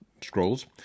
scrolls